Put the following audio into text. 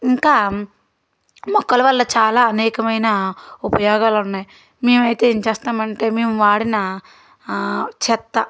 ఇంకా మొక్కల వల్ల చాలా అనేకమైన ఉపయోగాలు ఉన్నాయి మేము అయితే ఏం చేస్తాము అంటే మేము వాడిన చెత్త